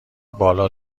بالا